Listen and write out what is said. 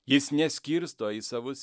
jis neskirsto į savus